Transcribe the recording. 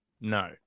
no